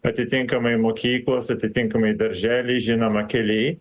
atitinkamai mokyklos atitinkamai darželiai žinoma keliai